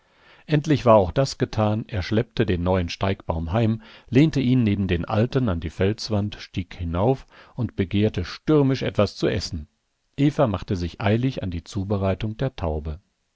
endlich war auch das getan er schleppte den neuen steigbaum heim lehnte ihn neben den alten an die felswand stieg hinauf und begehrte stürmisch etwas zu essen eva machte sich eilig an die zubereitung der taube